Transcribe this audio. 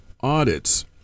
audits